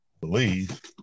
believe